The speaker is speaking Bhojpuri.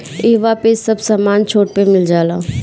इहवा पे सब समान छुट पे मिल जाला